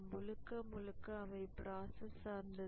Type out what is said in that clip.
முழுக்க முழுக்க அவை ப்ராசஸ் சார்ந்தது